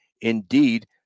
Indeed